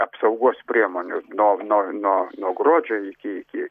apsaugos priemonių nuo nuo nuo nuo gruodžio iki iki